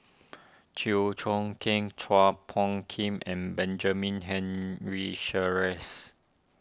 Chew Choo Keng Chua Phung Kim and Benjamin Henry Sheares